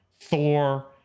Thor